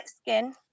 skin